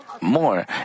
more